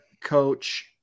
coach